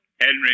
Henry